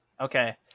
Okay